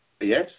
Yes